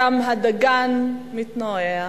ים הדגן מתנועע,